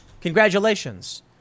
Congratulations